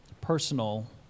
personal